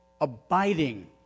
abiding